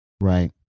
Right